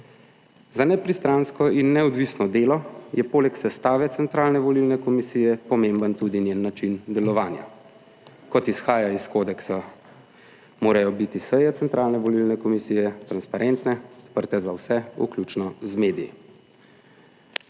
Za nepristransko in neodvisno delo je poleg sestave Centralne volilne komisije pomemben tudi njen način delovanja. Kot izhaja iz kodeksa, morajo biti seje Centralne volilne komisije transparentne, odprte za vse, vključno z mediji.